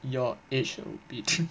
your age will be three